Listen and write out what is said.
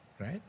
right